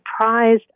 surprised